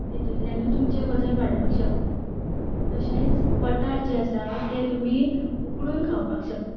तितूंतल्यानय तुमचें वजन वाडपाक शकता तशेंच बटाट जे आसा ते तुमी उकडून खावपाक शकता